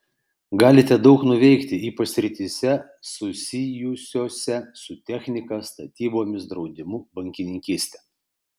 galite daug nuveikti ypač srityse susijusiose su technika statybomis draudimu bankininkyste